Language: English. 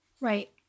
Right